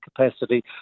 capacity